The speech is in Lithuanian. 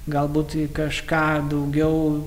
galbūt kažką daugiau